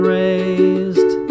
raised